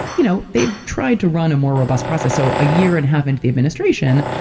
you know they've tried to run a more robust process, so a year and a half into the administration,